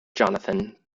jonathan